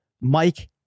Mike